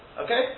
Okay